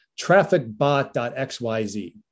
trafficbot.xyz